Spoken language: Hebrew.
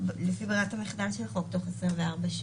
לפי ברירת המחדל של החוק, תוך 24 שעות.